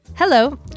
Hello